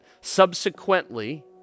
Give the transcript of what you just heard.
subsequently